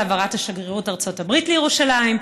על העברת שגרירות ארצות הברית לירושלים,